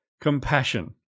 compassion